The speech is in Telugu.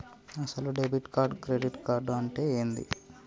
అసలు డెబిట్ కార్డు క్రెడిట్ కార్డు అంటే ఏంది?